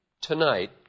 Tonight